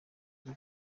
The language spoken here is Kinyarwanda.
z’u